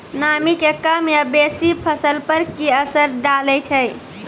नामी के कम या बेसी फसल पर की असर डाले छै?